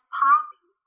poppy